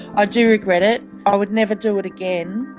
ah do regret it, i would never do it again.